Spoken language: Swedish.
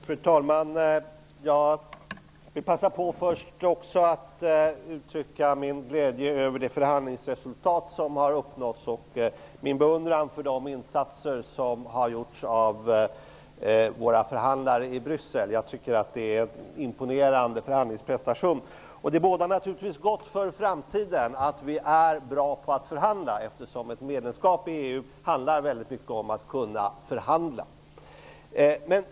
Fru talman! Jag vill först passa på att uttrycka min glädje över det förhandlingsresultat som har uppnåtts och min beundran för de insatser som har gjorts av våra förhandlare i Bryssel. Jag tycker att det är en imponerande förhandlingsprestation. Det bådar gott inför framtiden att vi är bra på att förhandla, eftersom ett medlemskap i EU väldigt mycket handlar om att kunna förhandla.